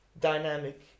dynamic